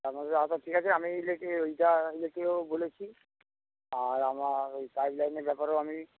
আপনাদের আর সব ঠিক আছে আমি ইলেকটিকের ওইটা ইলেকটিকেও বলেছি আর আমার ওই পাইপ লাইনের ব্যাপারেও আমি